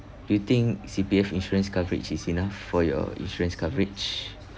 do you think C_P_F insurance coverage is enough for your insurance coverage